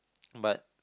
but